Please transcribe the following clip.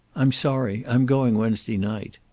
i'm sorry. i'm going wednesday night.